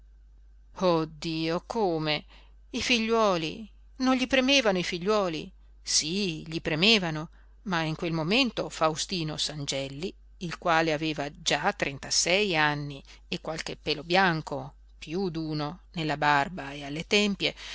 dio come i figliuoli non gli premevano i figliuoli sí gli premevano ma in quel momento faustino sangelli il quale aveva già trentasei anni e qualche pelo bianco piú d'uno nella barba e alle tempie